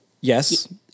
Yes